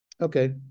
Okay